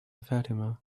fatima